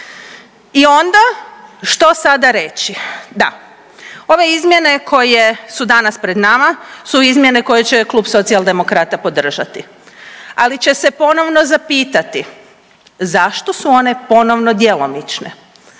I onda što sada reći, da ove izmjene koje su danas pred nama su izmjene koje će Klub Socijaldemokrata podržati, ali će se ponovno zapitati zašto su one ponovno djelomične.